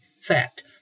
Fact